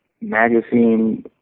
magazine